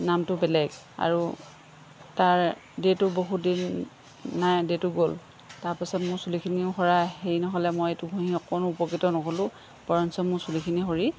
নামটো বেলেগ আৰু তাৰ ডেটো বহুত দিন নাই ডেটো গ'ল তাৰপাছত মোৰ চুলিখিনিও সৰা হেৰি নহ'লে মই এইটো ঘঁহি অকণো উপকৃত নহ'লোঁ বৰঞ্চ মোৰ চুলিখিনি সৰি